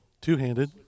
two-handed